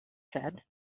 said